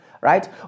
right